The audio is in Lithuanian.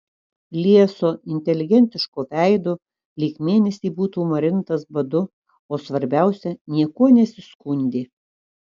lieso inteligentiško veido lyg mėnesį būtų marintas badu o svarbiausia niekuo nesiskundė